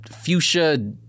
fuchsia